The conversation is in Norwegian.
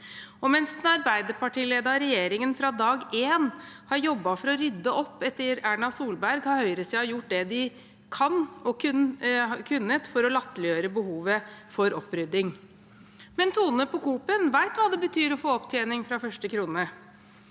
mens den Arbeiderparti-ledede regjeringen fra dag én har jobbet for å rydde opp etter Erna Solberg, har høyresiden gjort det de har kunnet for å latterliggjøre behovet for opprydding. Men Tone på Coop-en vet hva det betyr å få opptjening fra første krone